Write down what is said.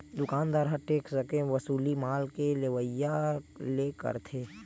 दुकानदार ह टेक्स के वसूली माल के लेवइया ले करथे